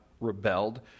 rebelled